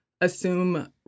assume